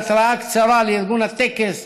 בהתראה קצרה לארגון הטקס,